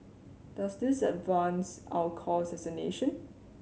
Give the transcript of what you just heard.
does this advance our cause as a nation